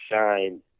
shine